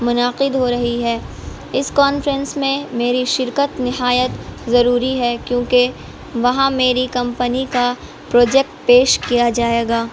منعقد ہو رہی ہے اس کانفرینس میں میری شرکت نہایت ضروری ہے کیونکہ وہاں میری کمپنی کا پروجیکٹ پیش کیا جائے گا